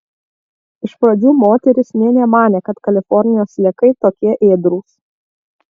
iš pradžių moteris nė nemanė kad kalifornijos sliekai tokie ėdrūs